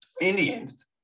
indians